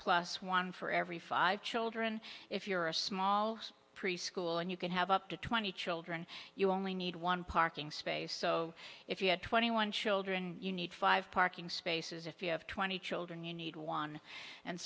plus one for every five children if you're a small preschool and you can have up to twenty children you only need one parking space so if you have twenty one children you need five parking spaces if you have twenty children you need one and